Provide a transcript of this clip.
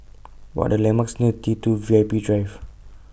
What Are The landmarks near T two V I P Drive